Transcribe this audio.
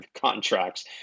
contracts